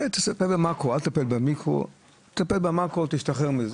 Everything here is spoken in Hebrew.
אל תטפל במיקרו, תטפל במקרו, תשתחרר מזה.